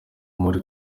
muri